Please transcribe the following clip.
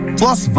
plus